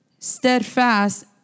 Steadfast